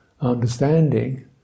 understanding